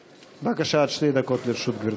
בבקשה, עד שתי דקות לרשות גברתי.